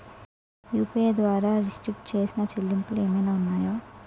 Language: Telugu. యు.పి.ఐ ద్వారా రిస్ట్రిక్ట్ చేసిన చెల్లింపులు ఏమైనా ఉన్నాయా?